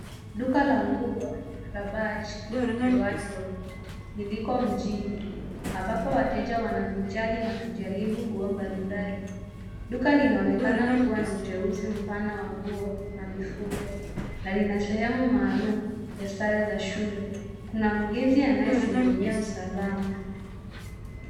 Duka la nguo la badge the wardrop liko mjini ambapo wanateja wanavijari na kujaribu nguo mbali mbali. Duka linaonekana kuwa na uteuzi mpana wa nguo na mifuko na lina sehemu ya sare za shule kuna mlinzi anayesimamia usalama.